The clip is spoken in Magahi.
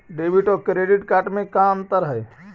डेबिट और क्रेडिट कार्ड में का अंतर हइ?